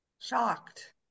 shocked